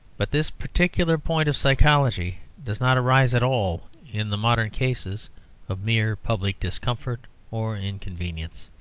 but this particular point of psychology does not arise at all in the modern cases of mere public discomfort or inconvenience.